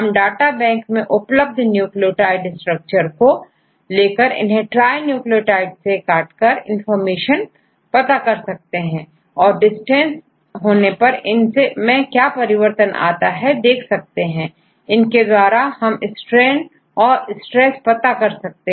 हम data bank में उपलब्ध न्यूक्लियोटाइड स्ट्रक्चर्स को लेकर इन्हें ट्राई न्यूक्लियोटाइड्स में काटकर डायमेंशन पता कर सकते हैं और डिस्टेंस होने पर इन में क्या परिवर्तन आता है देख सकते हैं इसके द्वारा हम strain औरstress पता कर सकते हैं